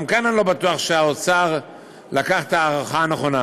גם כאן אני לא בטוח שהאוצר לקח את ההערכה הנכונה.